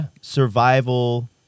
survival